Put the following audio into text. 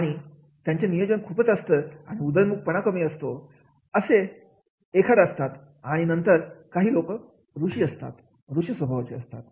आणि त्यांचे नियोजन खूपच असतं आणि उदयन्मुख पणा कमी असतो अशी एकदा असतात आणि नंतर ऋषी असतात